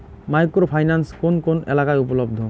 Micro finance কোন কোন এলাকায় উপলব্ধ?